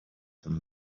him